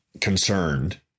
concerned